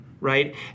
right